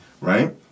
right